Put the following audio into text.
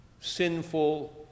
sinful